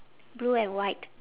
blue and white